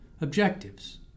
objectives